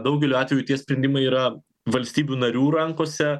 daugeliu atvejų tie sprendimai yra valstybių narių rankose